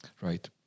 right